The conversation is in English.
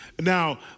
Now